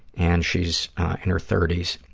and she's in her thirty s.